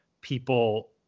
people